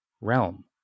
realm